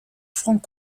franc